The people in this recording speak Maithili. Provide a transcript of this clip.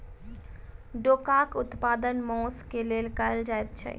डोकाक उत्पादन मौंस क लेल कयल जाइत छै